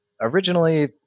originally